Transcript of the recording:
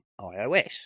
iOS